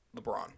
LeBron